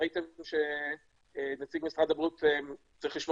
וראיתם שנציג משרד הבריאות צריך לשמור